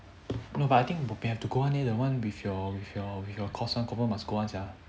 no but I think bo pian have to go one eh the one with your with your with your course one confirm must go one sia